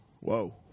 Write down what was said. Whoa